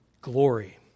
glory